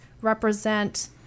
represent